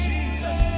Jesus